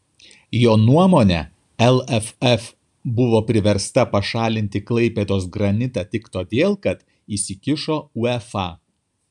jo nuomone lff buvo priversta pašalinti klaipėdos granitą tik todėl kad įsikišo uefa